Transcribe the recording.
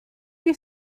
you